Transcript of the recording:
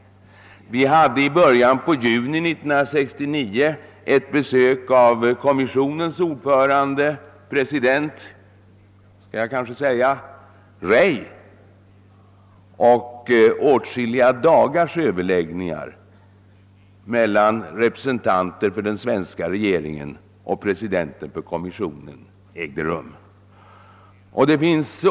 Vi hade i början av juni 1969 ett besök av kommissionens president Rey, och åtskilliga dagars överläggningar ägde rum mellan honom och representanter för den svenska regeringen.